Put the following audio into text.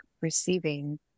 receiving